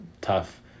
tough